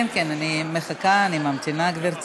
כן, כן, אני מחכה, אני ממתינה, גברתי.